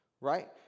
Right